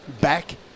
back